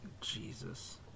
Jesus